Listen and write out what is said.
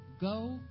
Go